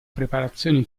preparazione